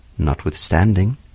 Notwithstanding